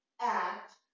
act